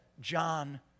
John